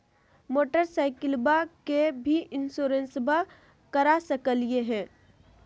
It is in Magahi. मोटरसाइकिलबा के भी इंसोरेंसबा करा सकलीय है?